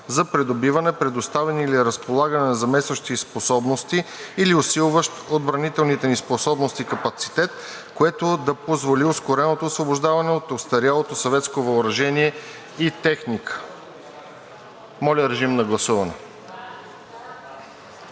за придобиване, предоставяне или разполагане на заместващи способности или усилващ отбранителните ни способности капацитет, което да позволи ускореното освобождаване от остарялото съветско въоръжение и техника.“ Моля, режим на гласуване.